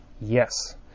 Yes